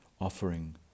offering